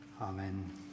Amen